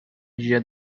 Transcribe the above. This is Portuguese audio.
dia